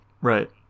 right